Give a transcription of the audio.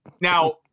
Now